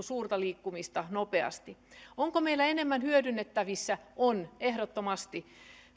suurta liikkumista nopeasti onko meillä enemmän hyödynnettävissä on ehdottomasti